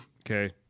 okay